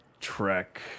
Trek